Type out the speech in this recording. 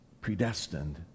predestined